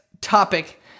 topic